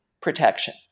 protection